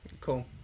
Cool